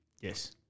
Yes